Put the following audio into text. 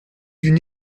d’une